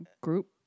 group